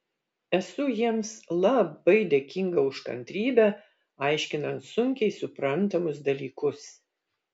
esu jiems labai dėkinga už kantrybę aiškinant sunkiai suprantamus dalykus